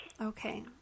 Okay